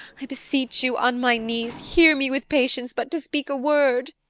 i beseech you on my knees, hear me with patience but to speak a word.